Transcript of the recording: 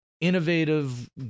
innovative